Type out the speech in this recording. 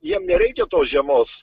jiem nereikia tos žiemos